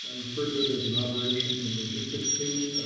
and refer to it as an operations and logistics team.